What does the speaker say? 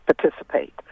participate